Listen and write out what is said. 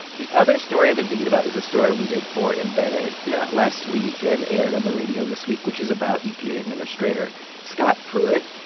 the other story i've been thinking about is a story we did for embedded. yeah. last week and aired on the radio this week, which is about epa administrator scott pruitt.